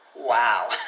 Wow